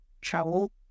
travel